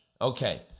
Okay